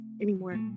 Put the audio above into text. anymore